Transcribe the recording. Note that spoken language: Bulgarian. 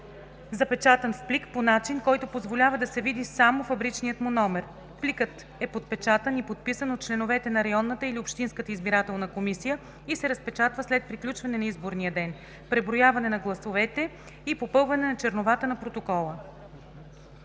запечатан в плик по начин, който позволява да се види само фабричният му номер; пликът е подпечатан и подписан от членовете на районната или общинската избирателна комисия и се разпечатва след приключване на изборния ден, преброяване на гласовете и попълване на черновата на протокола;“.